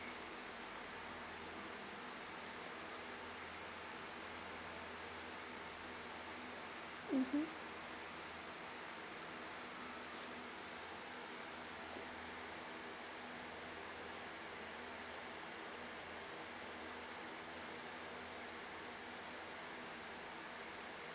mmhmm